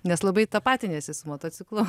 nes labai tapatiniesi su motociklu